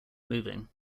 moving